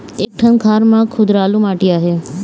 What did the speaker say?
एक ठन खार म कुधरालू माटी आहे?